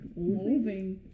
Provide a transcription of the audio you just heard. Moving